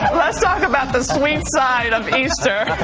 let's talk about the sweet side of easter.